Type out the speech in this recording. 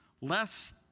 Less